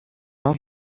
راه